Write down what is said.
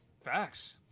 Facts